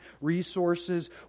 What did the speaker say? resources